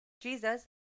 Jesus